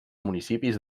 municipis